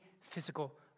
physical